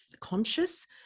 conscious